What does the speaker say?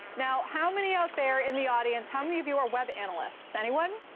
now, how many out there in the audience, how many of you are web analysts? anyone?